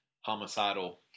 homicidal